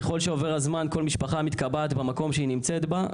ככל שעובר הזמן כל משפחה מתקבעת במקום שהיא נמצאת בה,